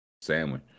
sandwich